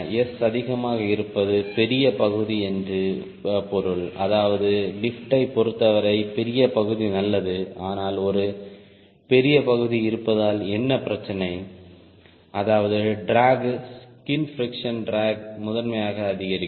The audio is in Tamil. S அதிகமாக இருப்பது பெரிய பகுதி என்று பொருள் அதாவது லிப்ட்டைப் பொருத்தவரை பெரிய பகுதி நல்லது ஆனால் ஒரு பெரிய பகுதி இருப்பதால் என்ன பிரச்சினை அதாவது ட்ராக் ஸ்கின் பிரிக்ஷன் ட்ராக் முதன்மையாக அதிகரிக்கும்